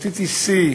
הפטיטיס C,